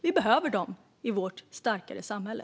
Vi behöver dem i vårt starkare samhälle.